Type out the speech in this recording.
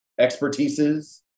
expertises